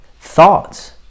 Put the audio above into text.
thoughts